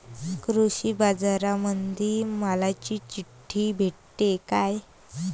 कृषीबाजारामंदी मालाची चिट्ठी भेटते काय?